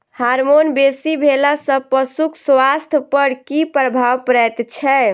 Hormone बेसी भेला सॅ पशुक स्वास्थ्य पर की प्रभाव पड़ैत छै?